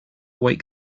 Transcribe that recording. wake